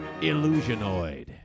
Illusionoid